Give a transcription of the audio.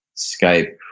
skype,